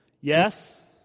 Yes